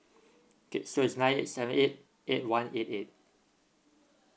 okay so it's nine eight seven eight eight one eight eight